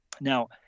now